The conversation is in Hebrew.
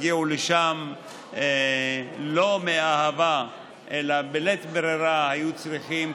הגיעו לא מאהבה אלא בלית ברירה היו צריכים,